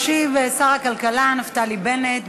ישיב שר הכלכלה נפתלי בנט.